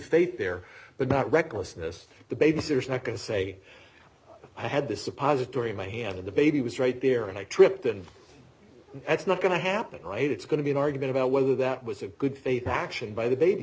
faith there but not recklessness the babysitter is not going to say i had this a positronium i handed the baby was right there and i tripped and that's not going to happen right it's going to be an argument about whether that was a good faith action by the baby